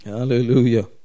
Hallelujah